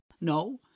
No